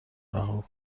رها